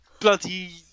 bloody